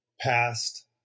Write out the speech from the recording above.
past